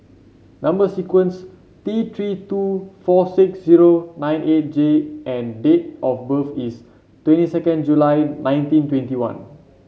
number sequence T Three two four six zero nine eight J and date of birth is twenty second July nineteen twenty one